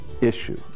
issue